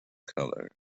colour